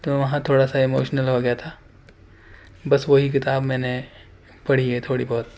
تو وہاں تھوڑا سا اموشنل ہو گیا تھا بس وہی کتاب میں نے پڑھی ہے تھوڑی بہت